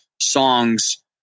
songs